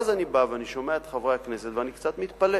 ואז אני בא ושומע את חברי הכנסת ואני קצת מתפלא.